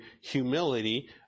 humility